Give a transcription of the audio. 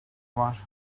var